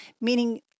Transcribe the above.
meaning